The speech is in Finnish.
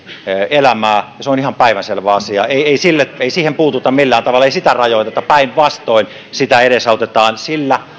elämää se on ihan päivänselvä asia ei ei siihen puututa millään tavalla ei sitä rajoiteta päinvastoin sitä edesautetaan sillä